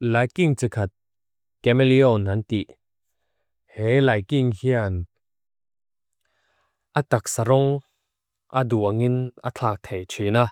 Laiking tsikhat gemelio nanti. He laiking heam. Atak sarong adu angin atlakthei txina.